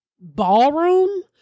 ballroom